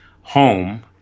home